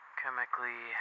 chemically